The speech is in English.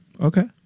Okay